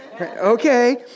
okay